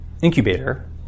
incubator